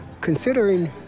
considering